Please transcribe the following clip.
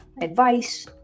advice